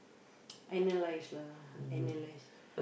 analyse lah analyse